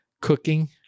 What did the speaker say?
cooking